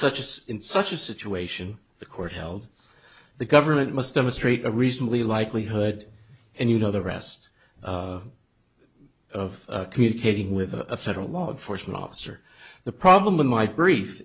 such as in such a situation the court held the government must demonstrate a reasonably likelihood and you know the rest of communicating with a federal law enforcement officer the problem in my brief